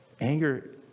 anger